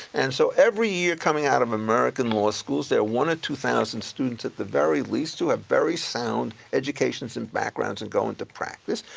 and so every year coming out of american law schools, there are one or two thousand students at the very least who have very sound educations and backgrounds and go into practice,